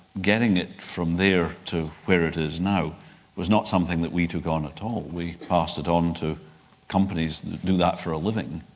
getting it from there to where it is now was not something that we took on at all. we passed it onto companies that do that for a living,